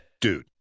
Dude